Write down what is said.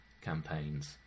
campaigns